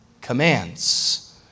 commands